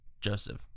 Joseph